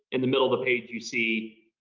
in the middle of the page, you see,